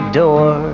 door